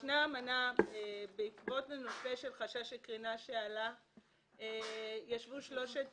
בעקבות חשש מקרינה ישבו שלושת